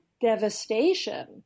devastation